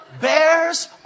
bears